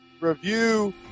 review